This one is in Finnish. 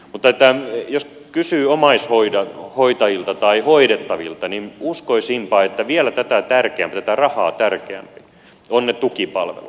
mutta jos kysyy omaishoitajilta tai hoidettavilta niin uskoisinpa että vielä tätä rahaa tärkeämpiä ovat ne tukipalvelut